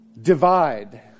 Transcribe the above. divide